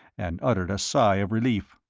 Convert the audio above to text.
and uttered a sigh of relief.